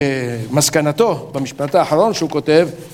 אה... מסקנתו, במשפט האחרון שהוא כותב, ...